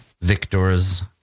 Victors